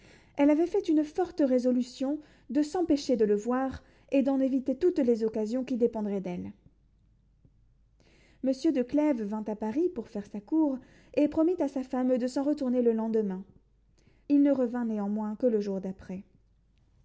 elle avait fait une forte résolution de s'empêcher de le voir et d'en éviter toutes les occasions qui dépendraient d'elle monsieur de clèves vint à paris pour faire sa cour et promit à sa femme de s'en retourner le lendemain il ne revint néanmoins que le jour d'après